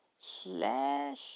slash